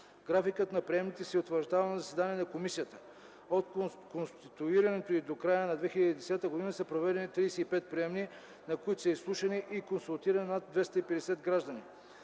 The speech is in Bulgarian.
Графикът за приемните се утвърждава на заседание на Комисията. От конституирането й до края на 2010 г. са проведени 35 приемни, на които са изслушани и консултирани над 250 граждани.